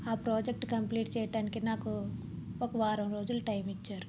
ఆ project complete చేయటానికి నాకు ఒక వారం రోజులు టైం ఇచ్చారు